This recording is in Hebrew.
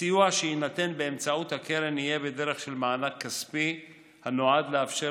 הסיוע שיינתן באמצעות הקרן יהיה בדרך של מענק כספי שנועד לאפשר